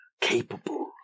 capable